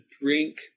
drink